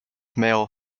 male